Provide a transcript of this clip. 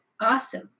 awesome